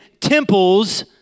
temples